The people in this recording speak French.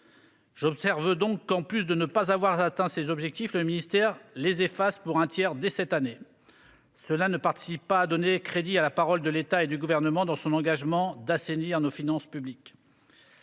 J'observe donc que, outre le fait de ne pas avoir atteint ses objectifs, le ministère les efface pour un tiers dès cette année. Cela ne contribue pas à donner crédit à la parole de l'État et du Gouvernement dans son engagement d'assainir nos finances publiques.